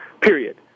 period